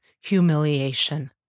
humiliation